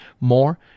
more